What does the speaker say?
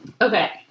Okay